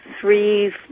three